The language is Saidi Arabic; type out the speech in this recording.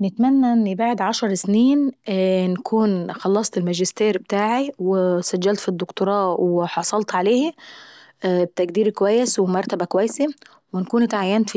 نتمنى ان بعد عشر سنين نكون خلصت الماجستير ابتاعاي، وسجلت في الدكتوراه وحصلت عليهي بتقدير اكويس ومرتبة كويسة. ونكون اتعينت